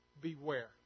Beware